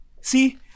See